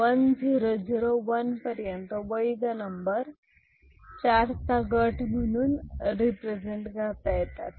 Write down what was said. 1 0 0 1 पर्यंत वैध नंबर 4 गट म्हणून प्रेझेंट करता येतात